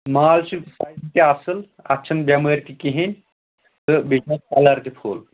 مال چھُو تۄہہِ تہِ اَصٕل اَتھ چھَنہٕ بٮ۪مٲرۍ تہِ کِہینۍ تہٕ بیٚیہِ چھُ اَتھ کَلر تہِ فُل